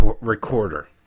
recorder